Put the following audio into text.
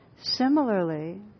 Similarly